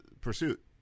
pursuit